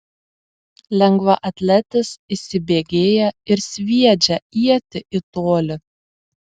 lengvaatletis įsibėgėja ir sviedžia ietį į tolį